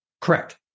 Correct